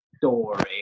Story